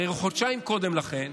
הרי חודשיים קודם לכן